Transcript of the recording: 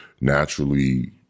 naturally